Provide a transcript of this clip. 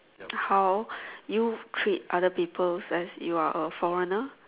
how you treat other people as you are a foreigner